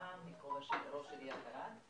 פעם בכובע של ראש עירית ערד,